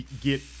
get